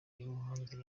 y’umuhanzi